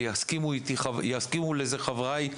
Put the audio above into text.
ויסכימו לזה חבריי,